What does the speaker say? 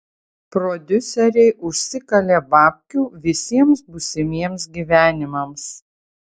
prodiuseriai užsikalė babkių visiems būsimiems gyvenimams